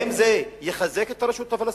האם זה יחזק את הרשות הפלסטינית?